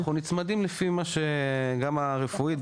אנחנו נצמדים לפי מה שגם הרפואית,